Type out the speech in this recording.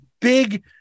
big